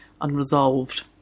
unresolved